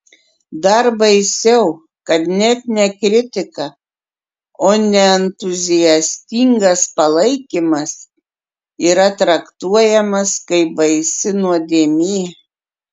dar baisiau kad net ne kritika o neentuziastingas palaikymas yra traktuojamas kaip baisi nuodėmė